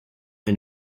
and